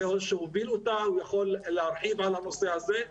הוא הוביל אותה, והוא יוכל להרחיב על הנושא הזה.